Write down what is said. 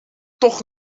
toch